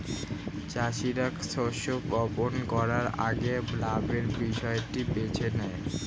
চাষীরা শস্য বপন করার আগে লাভের বিষয়টি বেছে নেয়